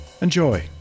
enjoy